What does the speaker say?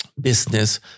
business